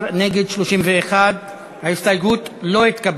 בעד, 18, נגד, 31. ההסתייגות לא התקבלה.